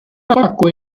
paraku